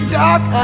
dark